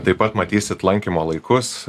taip pat matysit lankymo laikus